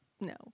No